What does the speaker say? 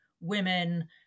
women